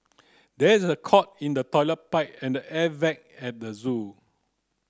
there is a clog in the toilet pipe and the air vent at the zoo